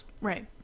Right